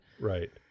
Right